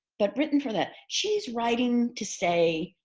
but written for that. she's writing to say,